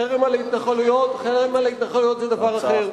חרם, חרם על ההתנחלויות זה דבר אחר.